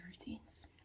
routines